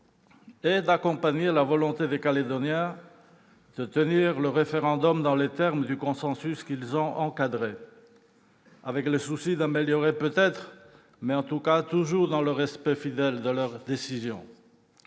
est d'accompagner la volonté des Calédoniens de tenir le référendum dans les termes du consensus qu'ils ont encadré. Avec le souci d'améliorer, peut-être, mais toujours, en tout cas, dans le respect fidèle de leurs décisions.